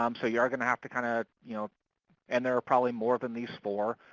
um so you are going to have to kind of you know and there are probably more than these four.